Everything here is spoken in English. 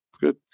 Good